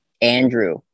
Andrew